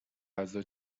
غذا